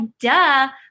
duh